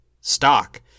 stock